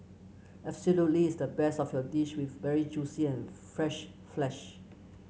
absolutely its the best of your dish with very juicy and fresh flesh